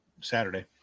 Saturday